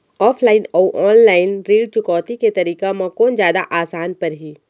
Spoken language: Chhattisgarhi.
ऑफलाइन अऊ ऑनलाइन ऋण चुकौती के तरीका म कोन जादा आसान परही?